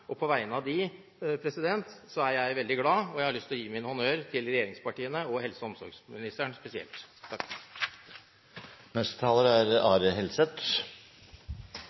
På vegne av dem er jeg veldig glad, og jeg har lyst til å gi min honnør til regjeringspartiene og til helse- og omsorgsministeren spesielt. Representanten Per Arne Olsen har gitt en veldig god oversikt over saken, og det er